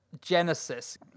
genesis